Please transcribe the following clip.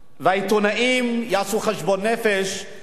והעיתונאים יעשו חשבון נפש,